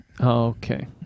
okay